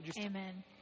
Amen